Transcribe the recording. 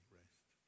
rest